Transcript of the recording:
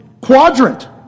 quadrant